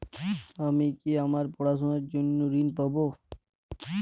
আমি কি আমার পড়াশোনার জন্য ঋণ পাব?